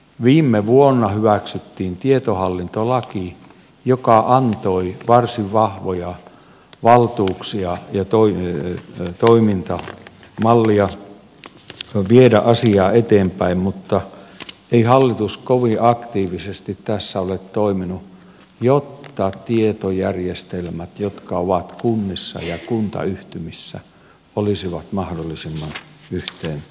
viime vuonna hyväksyttiin tietohallintolaki joka antoi varsin vahvoja valtuuksia ja toimintamallia viedä asiaa eteenpäin mutta ei hallitus kovin aktiivisesti tässä ole toiminut jotta tietojärjestelmät jotka ovat kunnissa ja kuntayhtymissä olisivat mahdollisimman yhteentoimivat